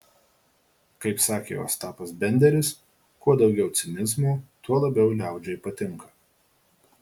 kaip sakė ostapas benderis kuo daugiau cinizmo tuo labiau liaudžiai patinka